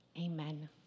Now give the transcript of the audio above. Amen